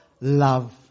love